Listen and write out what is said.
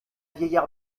vieillard